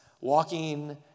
walking